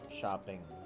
shopping